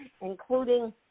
including